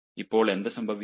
ഇപ്പോൾ എന്ത് സംഭവിക്കും